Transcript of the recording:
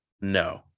no